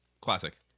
Classic